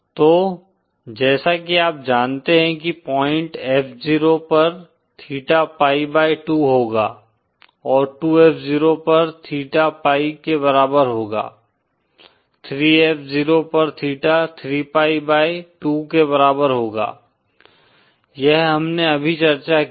तो जैसा कि आप जानते हैं कि पॉइंट F 0 पर थीटा पाई बाई 2 होगा और 2F0 पर थीटा पाई के बराबर होगा 3F0 पर थीटा 3 पाई बाई 2 के बराबर होगा यह हमने अभी चर्चा की है